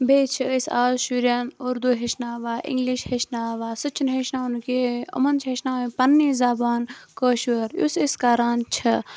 بیٚیہِ چھِ أسۍ اَز شُرٮ۪ن اُردوٗ ہیٚچھناوان اِنٛگلِش ہیٚچھناوان سُہ چھُنہٕ ہیٚچھناونُک یہِ یِمَن چھِ ہیٚچھناوٕنۍ پنٕنی زَبان کٲشُر یُس أسۍ کَران چھِ